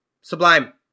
Sublime